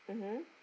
mmhmm